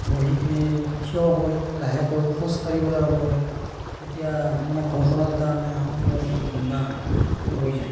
বহি কিনে মানে থিয় হয় লাহেকৈ খোজকাঢ়িবলৈ আৰম্ভ কৰে তেতিয়া মানে ঘৰখনত এটা মানে আনন্দৰ মানে বন্যা বৈ যায়